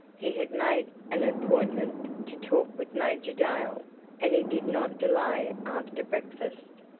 he had made an appointment to talk with major dale and he did not delay after breakfast.